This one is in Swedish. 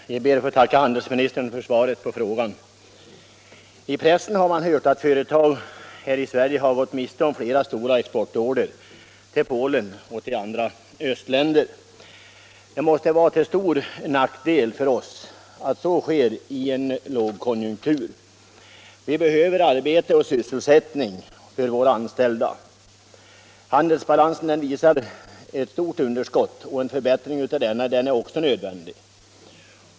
Herr talman! Jag ber att få tacka handelsministern för svaret på frågan. I pressen har det skrivits om att företag här i Sverige har gått miste underlätta export till öststaterna om flera stora exportorder till Polen och till andra östländer. Det är en stor nackdel för oss att så sker i en lågkonjunktur. Vi behöver arbete och sysselsättning för våra anställda. Handelsbalansen uppvisar ett stort underskott, och även en förbättring av den är i högsta grad nödvändig.